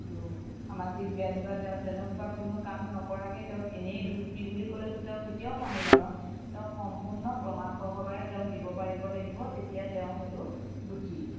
দোষ সামাজিক ব্যাধি বা তেওঁ তেনেকুৱা কোনো কাম নকৰাকৈ তেওঁক এনেই দোষী বুলি ক'লেটো তেওঁ কেতিয়াও মানি নলয় তেওঁ সম্পূৰ্ণ প্ৰমাণ সহকাৰে তেওঁক দিব পাৰিব লাগিব তেতিয়া তেওঁ সেইটো দোষী